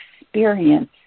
experience